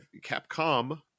Capcom